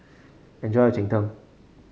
enjoy your Cheng Tng